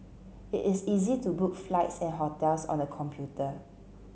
it is easy to book flights and hotels on the computer